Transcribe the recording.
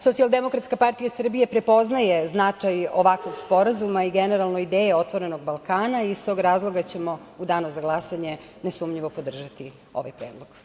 Socijaldemokratska partija Srbije prepoznaje značaj ovakvog sporazuma i generalno ideje "Otvorenog Balkana" i iz tog razloga ćemo u danu za glasanje nesumnjivo podržati ovaj predlog.